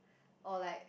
or like